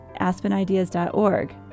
aspenideas.org